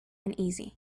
uneasy